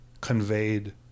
conveyed